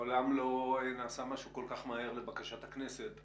מעולם לא נעשה משהו כל כך מהר לבקשת הכנסת.